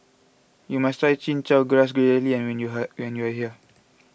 you must try Chin Chow Grass Jelly when you here when you are here